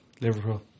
Liverpool